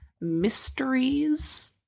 mysteries